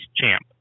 champ